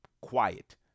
quiet